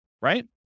right